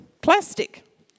plastic